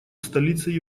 столицей